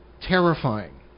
terrifying